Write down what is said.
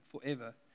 forever